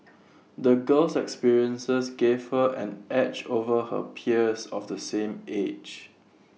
the girl's experiences gave her an edge over her peers of the same age